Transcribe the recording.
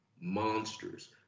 monsters